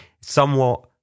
somewhat